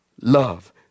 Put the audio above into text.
love